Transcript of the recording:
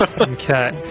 Okay